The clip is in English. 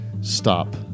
Stop